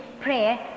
prayer